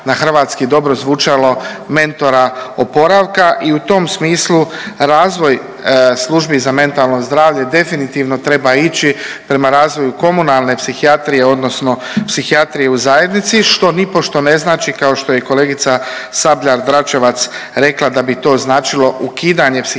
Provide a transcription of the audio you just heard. na hrvatski dobro zvučalo, mentora oporavka i u tom smislu razvoj službi za mentalno zdravlje definitivno treba ići prema razvoju komunalne psihijatrije odnosno psihijatrije u zajednici, što nipošto ne znači, kao što je i kolegica Sabljar-Dračevac rekla da bi to značilo ukidanje psihijatrijskih